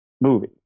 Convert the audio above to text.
movie